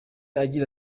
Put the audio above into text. agira